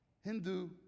Hindu